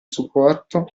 supporto